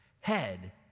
Head